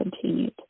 continued